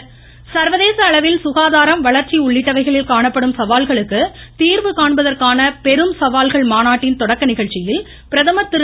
பிரதமர் சவால்கள் மாநாடு சர்வதேச அளவில் சுகாதாரம் வளர்ச்சி உள்ளிட்டவைகளில் காணப்படும் சவால்களுக்கு தீர்வுகாண்பதற்கான பெரும் சவால்கள் மாநாட்டின் தொடக்க நிகழ்ச்சியில் பிரதமர் திரு